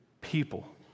people